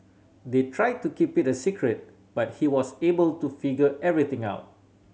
they tried to keep it a secret but he was able to figure everything out